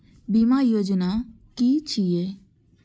बीमा योजना कि छिऐ?